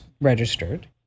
registered